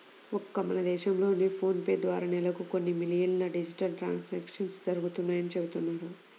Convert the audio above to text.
ఒక్క మన దేశంలోనే ఫోన్ పే ద్వారా నెలకు కొన్ని మిలియన్ల డిజిటల్ ట్రాన్సాక్షన్స్ జరుగుతున్నాయని చెబుతున్నారు